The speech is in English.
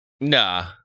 Nah